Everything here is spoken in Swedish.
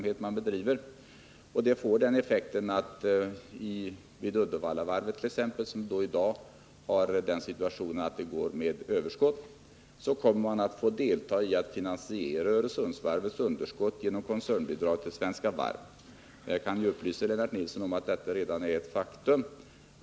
Detta får ju då den effekten att man i Uddevallavarvet, som i dag befinner sig i den situationen att varvet går bra, kommer att få delta i finansieringen av Öresundsvarvets underskott genom koncernbidrag till Svenska Varv. Jag kan också upplysa Lennart Nilsson om att detta redan är ett faktum.